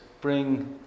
bring